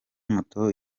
moto